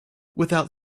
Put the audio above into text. without